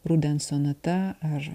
rudens sonata ar